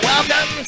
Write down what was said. Welcome